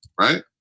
right